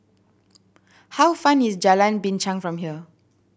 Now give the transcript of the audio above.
how fan is Jalan Binchang from here